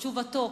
תשובתו: